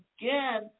again